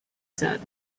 said